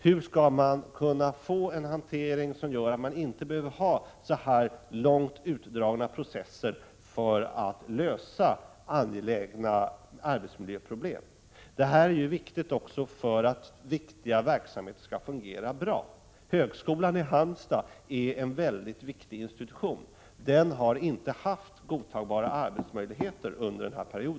Hur skall man få en hantering som gör att så här långt utdragna processer inte blir nödvändiga för att lösa angelägna arbetsmiljöproblem? Detta är angeläget för att viktiga verksamheter skall fungera bra. Högskolan i Halmstad är en mycket viktig institution. Den har inte haft godtagbara arbetsmöjligheter under en lång period.